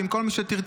ועם כל מי שתרצי.